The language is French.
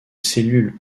cellules